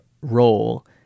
role